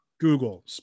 google